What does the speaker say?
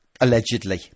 Allegedly